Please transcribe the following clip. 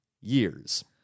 years